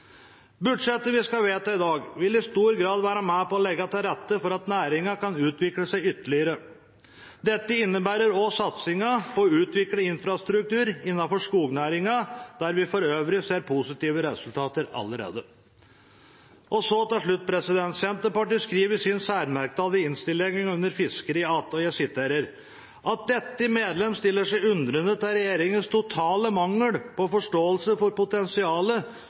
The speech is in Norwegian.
Budsjettet vi skal vedta i dag, vil i stor grad være med på å legge til rette for at næringen kan utvikle seg ytterligere. Dette innebærer også satsingen på å utvikle infrastruktur innenfor skognæringen, der vi for øvrig ser positive resultater allerede. Så – til slutt: Sosialistisk Venstreparti skriver i sin særmerknad i innstillingen, under fiskeri – og jeg siterer: «Dette medlem stiller seg undrende til regjeringens totale mangel på forståelse for potensialet